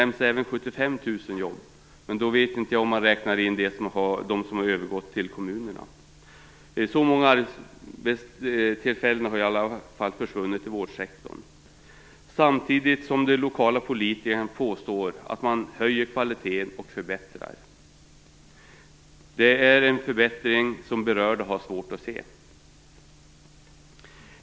Man nämner även 75 000 jobb, men då kanske man räknar in dem som har övergått till kommunerna. Samtidigt påstår de lokala politikerna att man höjer kvaliteten och förbättrar. Den förbättringen har berörda svårt att se.